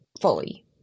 fully